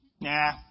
nah